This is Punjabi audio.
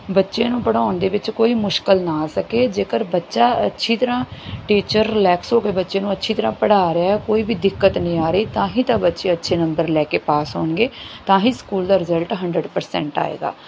ਬੱਚੇ ਨੂੰ ਪੜ੍ਹਾਉਣ ਦੇ ਵਿੱਚ ਕੋਈ ਮੁਸ਼ਕਿਲ ਨਾ ਆ ਸਕੇ ਜੇਕਰ ਬੱਚਾ ਅੱਛੀ ਤਰ੍ਹਾਂ ਟੀਚਰ ਰਿਲੈਕਸ ਹੋ ਕੇ ਬੱਚੇ ਨੂੰ ਅੱਛੀ ਤਰ੍ਹਾਂ ਪੜ੍ਹਾ ਰਿਹਾ ਕੋਈ ਵੀ ਦਿੱਕਤ ਨਹੀਂ ਆ ਰਹੀ ਤਾਂ ਹੀ ਤਾਂ ਬੱਚੇ ਅੱਛੇ ਨੰਬਰ ਲੈ ਕੇ ਪਾਸ ਹੋਣਗੇ ਤਾਂ ਹੀ ਸਕੂਲ ਦਾ ਰਿਜ਼ਲਟ ਹੰਡਰੰਟ ਪਰਸੈਂਟ ਆਏਗਾ